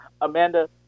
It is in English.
Amanda